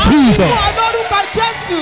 Jesus